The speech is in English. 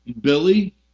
Billy